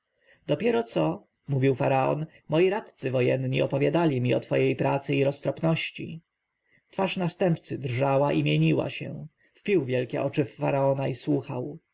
dopiero co mówił faraon moi radcy wojenni opowiadali mi o twojej pracy i roztropności twarz następcy drżała i mieniła się wpił wielkie oczy w faraona i słuchał